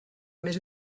més